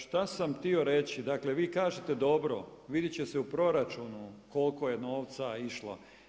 Šta sam htio reći, da vi kažete dobro, vidjet će se u proračunu koliko je novca išlo.